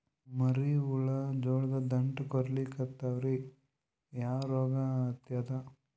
ಮರಿ ಹುಳ ಜೋಳದ ದಂಟ ಕೊರಿಲಿಕತ್ತಾವ ರೀ ಯಾ ರೋಗ ಹತ್ಯಾದ?